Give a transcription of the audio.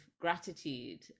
gratitude